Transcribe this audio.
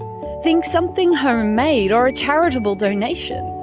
think something homemade or a charitable donation,